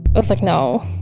i was like no,